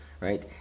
right